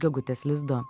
gegutės lizdo